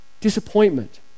disappointment